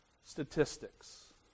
statistics